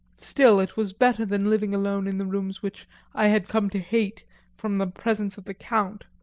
still, it was better than living alone in the rooms which i had come to hate from the presence of the count,